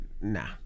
nah